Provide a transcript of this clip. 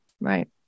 right